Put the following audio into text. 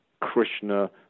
Krishna